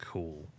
Cool